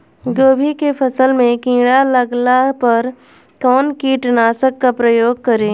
गोभी के फसल मे किड़ा लागला पर कउन कीटनाशक का प्रयोग करे?